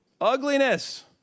Ugliness